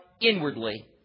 inwardly